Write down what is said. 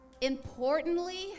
importantly